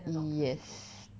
yes